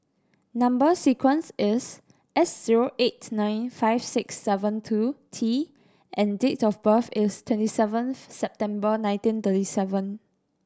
number sequence is S zero eight nine five six seven two T and date of birth is twenty seventh September nineteen thirty seven